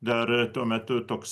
dar tuo metu toks